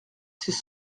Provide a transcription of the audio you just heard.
ces